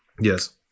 Yes